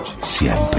siempre